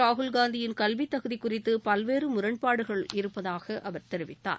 ராகுல் காந்தியின் கல்வி தகுதி குறித்து பல்வேறு முரண்பாடுகள் இருப்பதாக அவர் தெரிவித்தார்